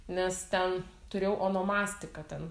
nes ten turėjau onomastiką ten